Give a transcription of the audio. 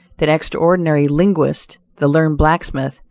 that extraordinary linguist the learned blacksmith,